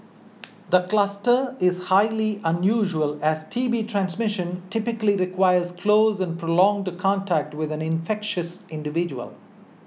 the cluster is highly unusual as T B transmission typically requires close and prolonged contact with an infectious individual